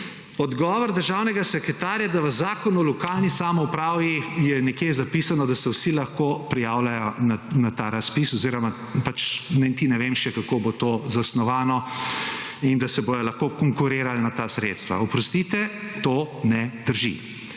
odgovor državnega sekretarja, da v Zakonu o lokalni samoupravi je nekje zapisano, da se vsi lahko prijavljajo na ta razpis oziroma pač niti ne vem še, kako bo to zasnovano, in da se bojo lahko konkurirali na ta sredstva. Oprostite, to ne drži.